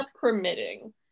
permitting